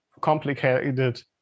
complicated